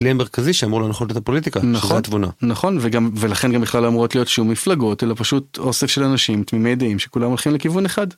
למרכזי שאמרו לא נכון את הפוליטיקה נכון נכון וגם ולכן גם בכלל לא אמורות להיות שם מפלגות אלא פשוט אוסף של אנשים תמימי דעים שכולם הולכים לכיוון אחד.